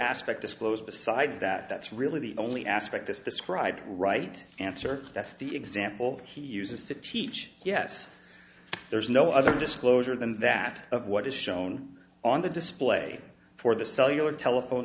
aspect disclosed besides that that's really the only aspect this described right answer that's the example he uses to teach yes there is no other just closer than that of what is shown on the display for the cellular telephone